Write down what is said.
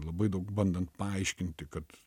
labai daug bandant paaiškinti kad